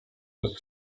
bez